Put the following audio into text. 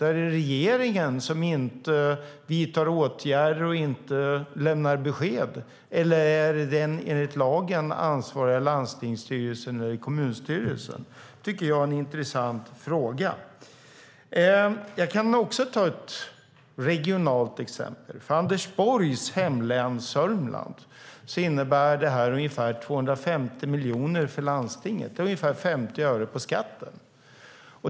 Är det regeringen som inte vidtar åtgärder och inte lämnar besked eller är det den enligt lagen ansvariga landstingsstyrelsen eller kommunstyrelsen? Det är en intressant fråga. Jag kan också ta ett regionalt exempel. För Anders Borgs hemlän Sörmland innebär detta ungefär 250 miljoner till landstinget. Det är ungefär 50 öre på skatten.